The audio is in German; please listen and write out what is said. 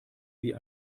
wie